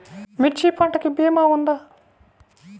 మిర్చి పంటకి భీమా ఉందా?